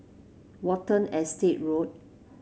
Watten Estate Road